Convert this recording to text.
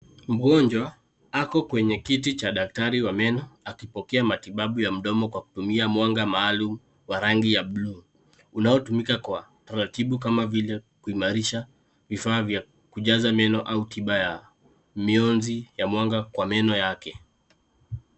Mgonjwa ako kwenye kiti cha daktari wa meno akipokea matibabu ya mdomo kwa kutumia mwanga maalum wa rangi ya bluu, unaotumika kwa taratibu kama vile kuimarisha vifaa vya kujaza meno au tiba ya mionzi ya mwanga kwa meno yake.